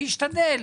אני אשתדל,